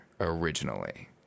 originally